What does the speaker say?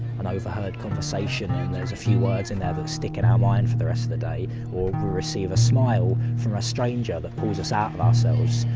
an overheard conversation, and there's a few words in there that stick in our mind for the rest of the day, or we receive a smile from a stranger that pulls us out of ourselves.